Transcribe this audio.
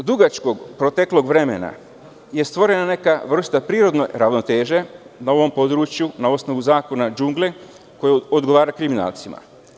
Tokom dugačkog proteklog vremena je stvorena neka vrsta prirodne ravnoteže na ovom području na osnovu zakona džungle koji odgovara kriminalcima.